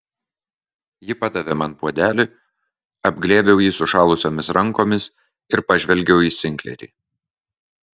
ji padavė man puodelį apglėbiau jį sušalusiomis rankomis ir pažvelgiau į sinklerį